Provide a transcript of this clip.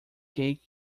cake